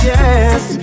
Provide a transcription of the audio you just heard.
Yes